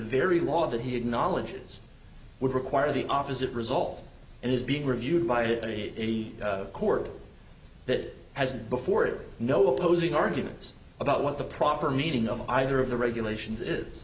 very law that he acknowledges would require the opposite result and is being reviewed by a court that hasn't before it no opposing arguments about what the proper meaning of either of the regulations is